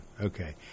Okay